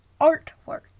artwork